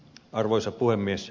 arvoisa puhemies